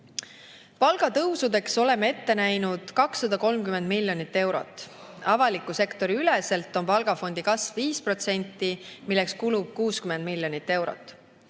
Palgatõusudeks oleme ette näinud 230 miljonit eurot. Avaliku sektori üleselt on palgafondi kasv 5%, milleks kulub 60 miljonit eurot.